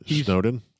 Snowden